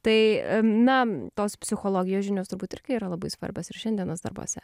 tai na tos psichologijos žinios turbūt irgi yra labai svarbios ir šiandienos darbuose